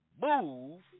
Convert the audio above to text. move